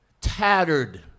tattered